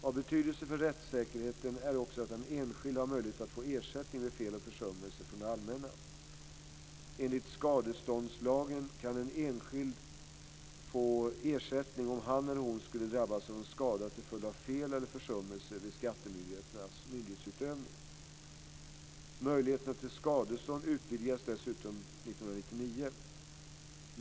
Av betydelse för rättssäkerheten är också att den enskilde har möjlighet att få ersättning vid fel och försummelser från det allmänna. Enligt skadeståndslagen kan en enskild få ersättning om han eller hon skulle drabbas av en skada till följd av fel eller försummelse vid skattemyndighetens myndighetsutövning. Möjligheterna till skadestånd utvidgades dessutom år 1999.